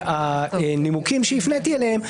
הנימוקים שהפניתי אליהם,